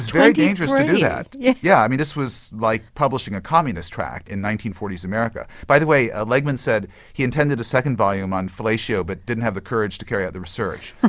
very dangerous to do that. yeah, yeah i mean this was like publishing a communist tract in nineteen forty s america. by the way ah legman said he intended a second volume on fellatio but didn't have the courage to carry out the research.